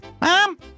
Mom